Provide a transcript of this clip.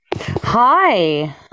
Hi